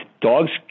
dogs